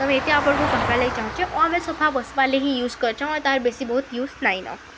ତମ ଏତେ ଆପଣକୁ କହିବାର୍ ଲାଗି ଚାହୁଁଛୁ ଅ ଆମେ ସୋଫା ବସବା ଲାଗି ୟୁଜ୍ କରୁଛୁଁ ତା'ର ବେଶୀ ବହୁତ ୟୁଜ୍ ନାଇଁନ